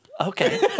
Okay